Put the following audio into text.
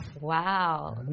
Wow